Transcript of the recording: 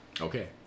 Okay